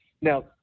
Now